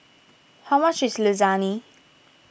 how much is Lasagne